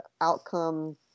outcome